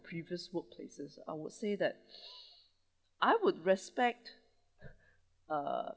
previous work places I would say that I would respect uh